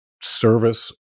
service